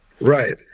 Right